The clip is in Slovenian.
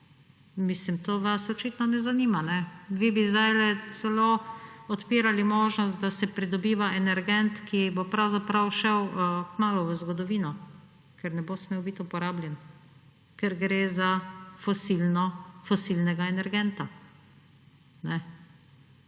Mislim, to vas očitno ne zanima! Vi bi zdajle celo odpirali možnost, da se pridobiva energent, ki bo pravzaprav šel kmalu v zgodovino, ker ne bo smel biti uporabljen, ker gre za fosilni energent.